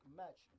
match